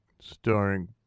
starring